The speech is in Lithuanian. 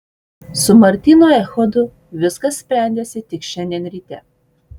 su martynu echodu viskas sprendėsi tik šiandien ryte